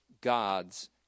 God's